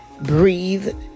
breathe